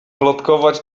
plotkować